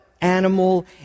animal